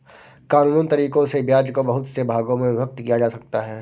कानूनन तरीकों से ब्याज को बहुत से भागों में विभक्त किया जा सकता है